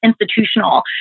institutional